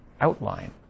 outline